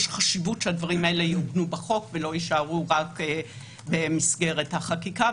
יש חשיבות שהדברים האלה יעוגנו בחוק ולא יישארו רק במסגרת הפסיקה.